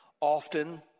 Often